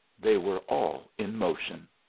they were all in motion.